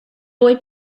boy